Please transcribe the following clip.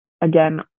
again